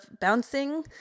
bouncing